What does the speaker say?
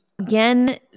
Again